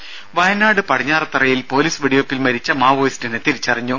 ടെട വയനാട് പടിഞ്ഞാറത്തറയിൽ പൊലീസ് വെടിവെയ്പിൽ മരിച്ച മാവോയിസ്റ്റിനെ തിരിച്ചറിഞ്ഞു